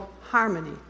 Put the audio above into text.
harmony